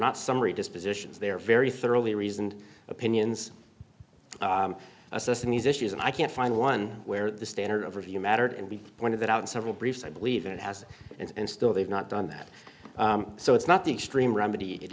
not summary dispositions they are very thoroughly reasoned opinions assessing these issues and i can't find one where the standard of review mattered and we pointed that out in several briefs i believe it has and still they've not done that so it's not the extreme remedy it